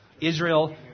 Israel